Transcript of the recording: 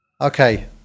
okay